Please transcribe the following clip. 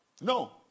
No